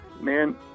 man